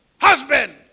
husband